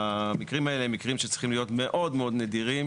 המקרים האלה הם מקרים שצריכים להיות מאוד מאוד נדירים,